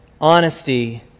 Honesty